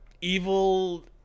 evil